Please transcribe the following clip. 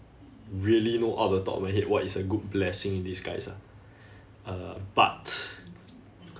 really know off the top of the head what is a good blessing in disguise ah uh but